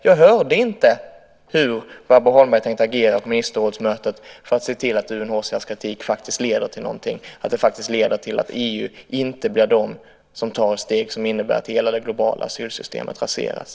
Jag hörde inte hur Barbro Holmberg har tänkt agera på ministerrådsmötet för att se till att UNHCR:s kritik faktiskt leder till någonting, att det faktiskt leder till att EU inte blir de som tar ett steg som innebär att hela det globala asylsystemet raseras.